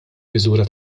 miżura